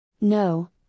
No